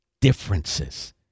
differences